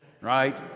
right